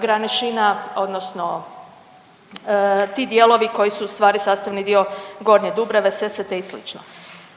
Granešina odnosno ti dijelovi koji su u stvari sastavni dio Gornje Dubrave, Sesvete i slično.